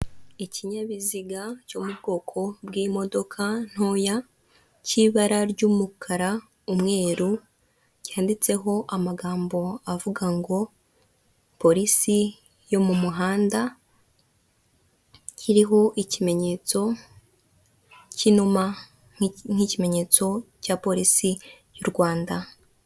Ikinyabiziga cyo mu bwoko bw'imodoka ntoya k'ibara ry'umukara, umweru cyanditseho amagambo avuga ngo polisi yo mu muhanda kiriho ikimenyetso cy'inuma nk'ikimenyetso cya polisi y'u rwanda.